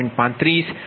175